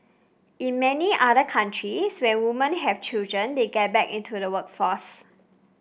in many other countries when woman have children they get back into the workforce